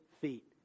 feet